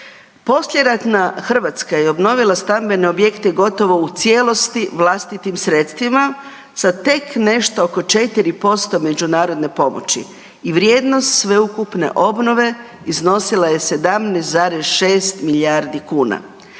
Poslijeratna Hrvatska je obnovila stambene objekte gotovo u cijelosti vlastitim sredstvima sa tek nešto oko 4% međunarodne pomoći i vrijednost sveukupne obnove iznosila je 17,6 milijardi kuna.